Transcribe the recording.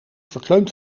verkleumd